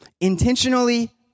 intentionally